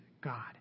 God